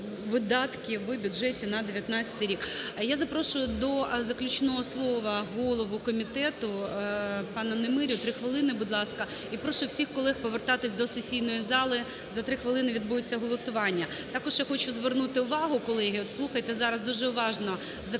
видатки в бюджеті на 2019 рік. Я запрошую до заключного слова голову комітету пана Немирю. Три хвилини, будь ласка. І прошу всіх колег повертатися до сесійної зали, за три хвилини відбудеться голосування. Також я хочу звернути увагу, колеги, от слухайте зараз дуже уважно заключний